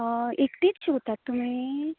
एकटींच शिंवता तुमीं